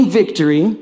victory